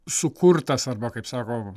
sukurtas arba kaip sako